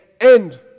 end